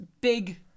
big